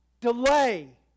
delay